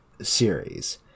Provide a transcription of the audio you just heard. series